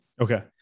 Okay